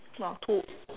no two